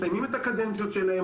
מסיימים את הקדנציות שלהם,